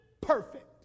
Perfect